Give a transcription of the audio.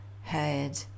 head